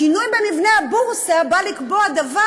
השינוי במבנה הבורסה בא לקבוע דבר,